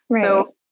So-